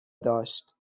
داشت